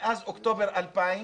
מאז אוקטובר 2000,